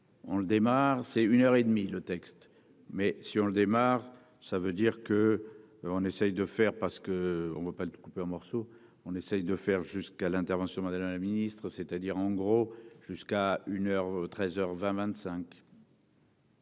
on le démarre, c'est une heure et demie. Le texte, mais si on le démarre. Ça veut dire que on essaye de faire parce que on ne peut pas le découper en morceaux, on essaie de faire jusqu'à l'intervention d'Alain Ministre, c'est-à-dire en gros jusqu'à 1h13